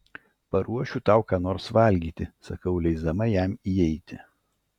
paruošiu tau ką nors valgyti sakau leisdama jam įeiti